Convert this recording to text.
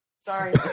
sorry